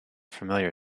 familiar